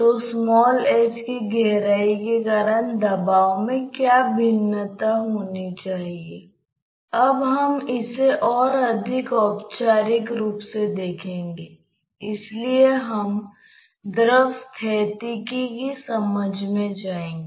तो इसमें कुछ छिद्र होते हैं और इन छिद्रों को रखने का इरादा कुछ द्रव को हटाने के लिए है